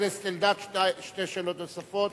שתי שאלות נוספות,